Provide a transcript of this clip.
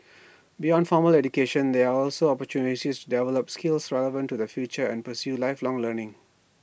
beyond formal education there are also opportunities to develop skills relevant to the future and pursue lifelong learning